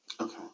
Okay